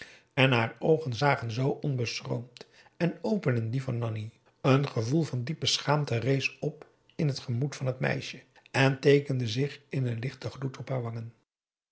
en haar oogen zagen zoo onbeschroomd en open in die van nanni een gevoel van diepe schaamte rees op in het gemoed van het meisje en teekende zich in een lichten gloed op haar wangen